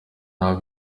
nabo